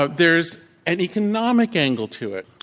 ah there is an economic angle to it.